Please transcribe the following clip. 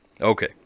Okay